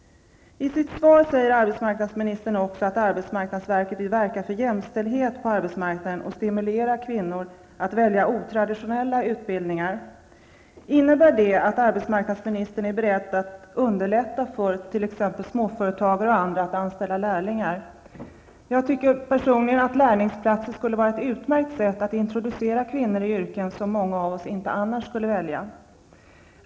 I sitt svar säger arbetsmarknadsministern också att arbetsmarknadsverket vill verka för jämställdhet på arbetsmarknaden och stimulera kvinnor att välja otraditionella utbildningar. Innebär det att arbetsmarknadsministern är beredd att underlätta för småföretagare och andra att anställa lärlingar? Jag tycker personligen att lärlingsplatser skulle vara ett utmärkt sätt att introducera kvinnor i yrken som många av oss annars inte skulle välja.